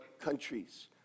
countries